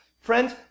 friends